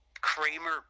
Kramer